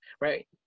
right